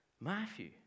Matthew